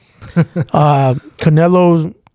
Canelo's